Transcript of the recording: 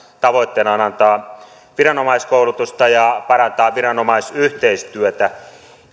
tavoitteena on antaa viranomaiskoulutusta ja parantaa viranomaisyhteistyötä